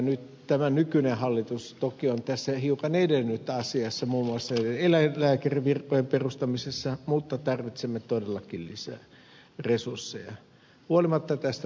nyt tämä nykyinen hallitus on toki hiukan edennyt tässä asiassa muun muassa eläinlääkärin virkojen perustamisessa mutta tarvitsemme todellakin lisää resursseja huolimatta tästä taloudellisesta tilanteesta